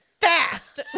fast